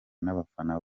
n’abafana